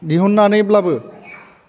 दिहुननानैब्लाबो